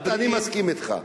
אני מסכים אתך.